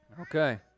Okay